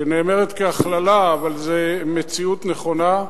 שנאמרת כהכללה, אבל זו מציאות נכונה,